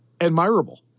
admirable